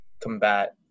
combat